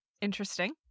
interesting